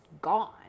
gone